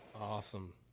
Awesome